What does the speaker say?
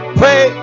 pray